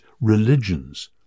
religions